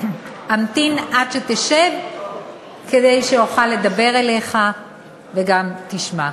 אמתין עד שתשב כדי שאוכל לדבר אליך וגם תשמע.